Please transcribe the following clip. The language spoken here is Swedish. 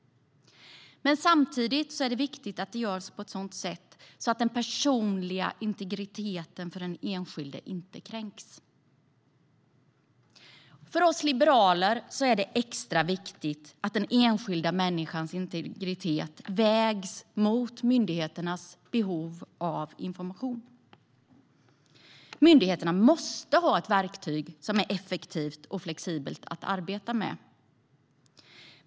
Samtidigt är det viktigt att detta görs på ett sådant sätt att den personliga integriteten för den enskilda personen inte kränks. För oss liberaler är det extra viktigt att den enskilda människans integritet vägs mot myndigheternas behov av information. Myndigheterna måste ha ett verktyg som är effektivt och flexibelt att arbeta med.